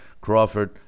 Crawford